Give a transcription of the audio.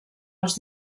els